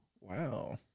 Wow